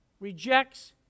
Rejects